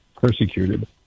persecuted